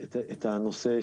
תודה.